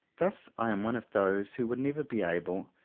thus i am one of those who would never be able,